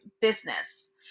business